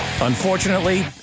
Unfortunately